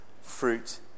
fruit